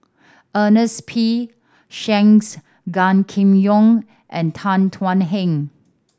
Ernest P Shanks Gan Kim Yong and Tan Thuan Heng